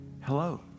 Hello